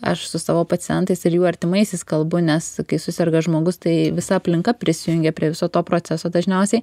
aš su savo pacientais ir jų artimaisiais kalbu nes kai suserga žmogus tai visa aplinka prisijungia prie viso to proceso dažniausiai